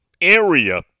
area